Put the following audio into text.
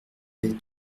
avait